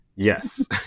Yes